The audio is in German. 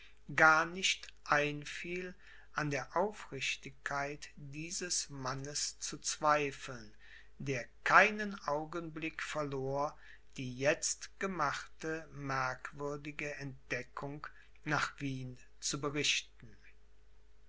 gar nicht einfiel an der aufrichtigkeit dieses mannes zu zweifeln der keinen augenblick verlor die jetzt gemachte merkwürdige entdeckung nach wien zu berichten